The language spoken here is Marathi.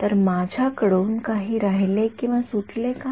तर माझ्या कडून काही राहिलेसुटले का